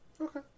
Okay